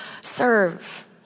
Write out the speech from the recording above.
serve